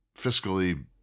fiscally